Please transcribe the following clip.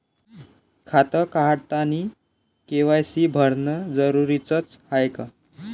खातं काढतानी के.वाय.सी भरनं जरुरीच हाय का?